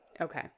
Okay